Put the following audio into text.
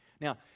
Now